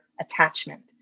attachment